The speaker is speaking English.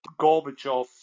Gorbachev